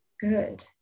good